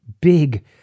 big